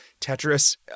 Tetris